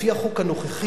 לפי החוק הנוכחי,